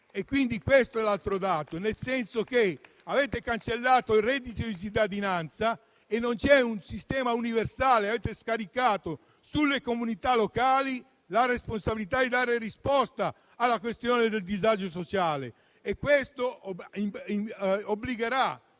«disuguaglianza» non esiste. Avete cancellato il reddito di cittadinanza e non c'è un sistema universale. Avete scaricato sulle comunità locali la responsabilità di dare risposta alla questione del disagio sociale. E questo obbligherà